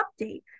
update